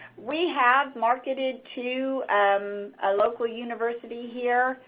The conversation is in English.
we have marketed to um a local university here.